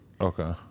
Okay